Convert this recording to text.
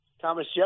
Thomas